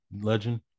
legend